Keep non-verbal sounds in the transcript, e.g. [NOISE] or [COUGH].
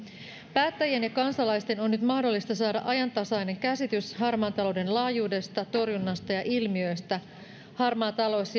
päättäjien ja kansalaisten on nyt mahdollista saada ajantasainen käsitys harmaan talouden laajuudesta torjunnasta ja ilmiöistä harmaa talous [UNINTELLIGIBLE]